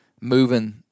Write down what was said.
moving